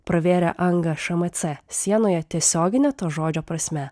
pravėrę angą šmc sienoje tiesiogine to žodžio prasme